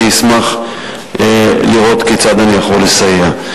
אני אשמח לראות כיצד אני יכול לסייע.